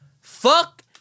fuck